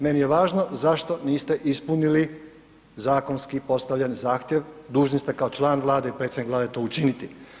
Meni je važno zašto niste ispunili zakonski postavljen zahtjev, dužni ste kao član Vlade i predsjednik Vlade to učiniti.